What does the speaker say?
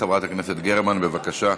חברת הכנסת גרמן, בבקשה.